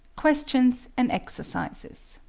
questions and exercises